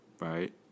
Right